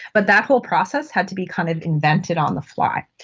but that whole process had to be kind of invented on the fly.